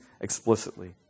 explicitly